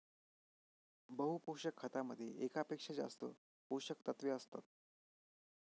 बहु पोषक खतामध्ये एकापेक्षा जास्त पोषकतत्वे असतात